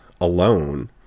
alone